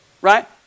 Right